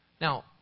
Now